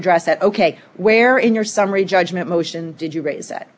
address that ok where in your summary judgment motion did you raise